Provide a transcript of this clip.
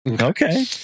Okay